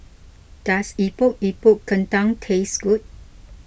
does Epok Epok Kentang taste good